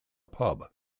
pub